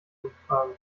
umfragen